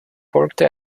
folgte